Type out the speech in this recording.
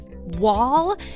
wall